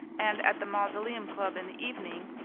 and at the mausoleum club in the evening,